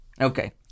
Okay